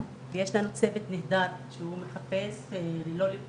יש לנו צוות נהדר שהוא מחפש ללא לאות